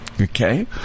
Okay